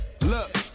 look